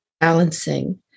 Balancing